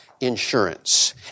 insurance